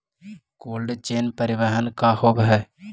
Cold chain परिवहन का होव हइ?